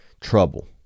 trouble